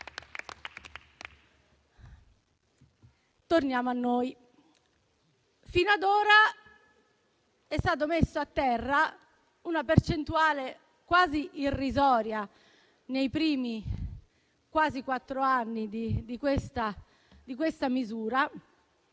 Torniamo a noi. Fino ad ora è stata messa a terra una percentuale quasi irrisoria nei primi quasi quattro anni di questa misura.